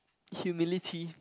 humility